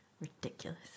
Ridiculous